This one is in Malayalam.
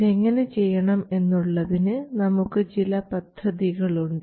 ഇത് എങ്ങനെ ചെയ്യണം എന്നുള്ളതിന് നമുക്ക് ചില പദ്ധതികൾ ഉണ്ട്